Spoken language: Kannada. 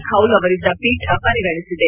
ಖೌಲ್ ಅವರಿದ್ದ ಪೀಠ ಪರಿಗಣಿಸಿದೆ